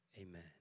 Amen